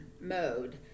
mode